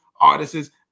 artists